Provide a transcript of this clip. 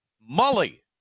Molly